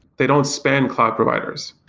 they don't span cloud providers.